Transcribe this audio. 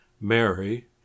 Mary